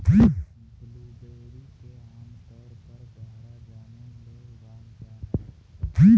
blueberry के आमतौर पर गहरा जामुन ले उगाल जा हइ